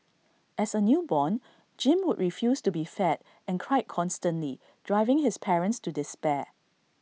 as A newborn Jim would refuse to be fed and cried constantly driving his parents to despair